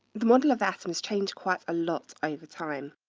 the model of atoms changed quite a lot over time.